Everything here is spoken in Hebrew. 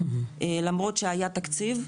למרות שהיה תקציב,